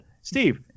Steve